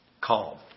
calm